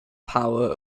power